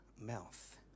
mouth